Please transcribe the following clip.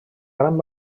gran